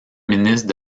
ministre